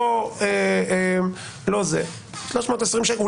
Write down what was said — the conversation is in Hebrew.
320 ש"ח?